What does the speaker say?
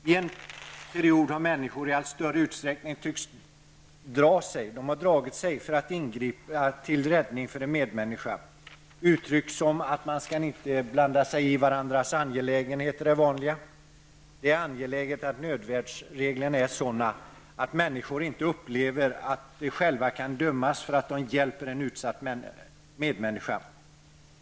I en period har människor i allt större utsträckning tyckts dra sig för att ingripa till räddning för en medmänniska. Utryck som att man inte skall blanda sig i andras angelägenheter är vanliga. Det är angeläget att nödvärnsreglerna är sådana, att människor inte upplever att de själva kan dömas för att de hjälper en utsatt medmänniska.